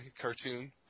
cartoon